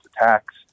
attacks